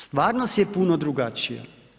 Stvarnost je puno drugačija.